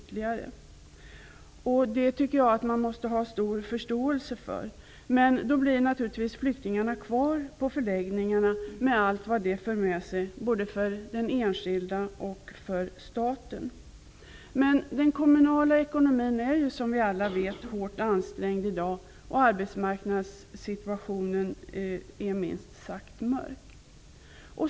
Det tycker jag att man måste ha stor förståelse för. Men då blir naturligtvis flyktingarna kvar på förläggningarna -- med allt vad detta för med sig både för den enskilde och för staten. Den kommunala ekonomin är, som vi alla vet, hårt ansträngd i dag, och arbetsmarknadssituationen är minst sagt mörk.